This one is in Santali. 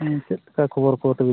ᱦᱮᱸ ᱪᱮᱫᱞᱮᱠᱟ ᱠᱷᱚᱵᱚᱨ ᱠᱚ ᱛᱟᱹᱵᱤᱱ